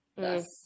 Yes